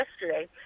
yesterday